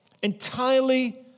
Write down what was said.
Entirely